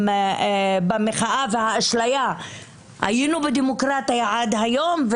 במחאה והאשליה שהיינו בדמוקרטיה עד היום,